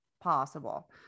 possible